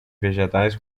vegetais